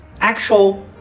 actual